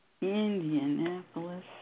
Indianapolis